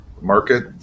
market